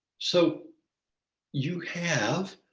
so you have